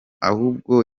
ahubwo